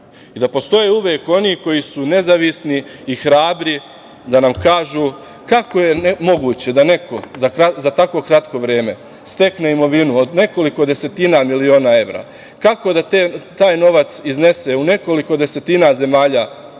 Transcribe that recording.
postoje oni koji su nezavisni i hrabri da nam kažu kako je moguće da neko za tako kratko vreme stekne imovinu od nekoliko desetina miliona evra, kako da taj novac iznese u nekoliko desetina zemalja,